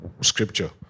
scripture